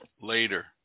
Later